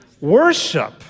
Worship